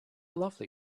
lovely